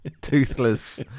toothless